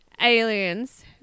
aliens